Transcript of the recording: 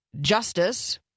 justice